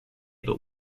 but